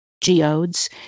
geodes